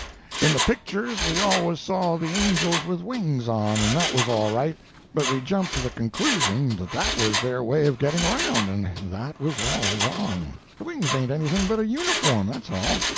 in the pictures we always saw the angels with wings on and that was all right but we jumped to the conclusion that that was their way of getting around and that was all wrong. the wings ain't anything but a uniform, that's all.